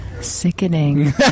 Sickening